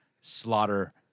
slaughter